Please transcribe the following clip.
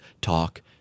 talk